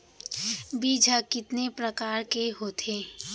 बीज ह कितने प्रकार के होथे?